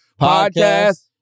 podcast